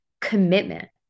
commitment